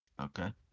Okay